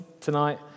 tonight